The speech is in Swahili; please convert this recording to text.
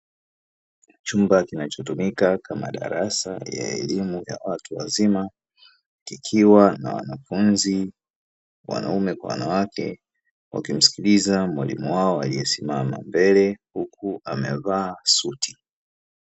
Chumba kinachotumika kama darasa la elimu ya watu wazima, kikiwa na wanafunzi (wanaume kwa wanawake) wakimsikiliza mwalimu wao aliyesimama mbele huku amevaa suti.